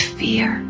fear